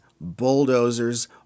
bulldozers